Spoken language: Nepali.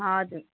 हजुर